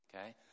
okay